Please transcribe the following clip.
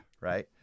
Right